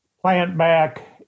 plant-back